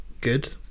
Good